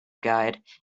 guide